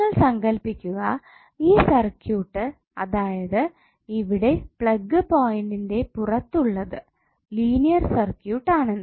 നിങ്ങൾ സങ്കൽപ്പിക്കുക ഈ സർക്യൂട്ട് അതായത് ഇവിടെ പ്ളഗ് പോയിന്റെ പുറത്തുള്ളത് ലീനിയർ സർക്യൂട്ട് ആണെന്ന്